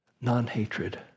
non-hatred